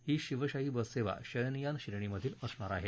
ही शिवशाही बससेवा शयनयान श्रेणीमधील असणार आहे